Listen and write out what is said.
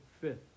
fifth